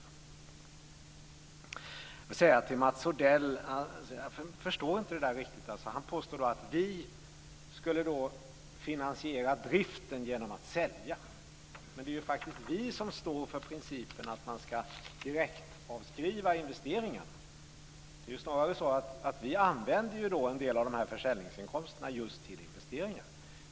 Jag vill säga till Mats Odell att jag inte förstår det här riktigt. Han påstår att vi skulle finansiera driften genom att sälja. Men det är ju faktiskt vi som står för principen att man ska direktavskriva investeringarna. Det är ju snarare så att vi använder en del av försäljningsinkomsterna till just investeringar.